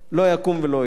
לא יקום ולא יהיה.